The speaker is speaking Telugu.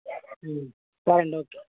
సరే అండి ఓకే